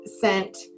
sent